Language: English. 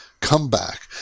comeback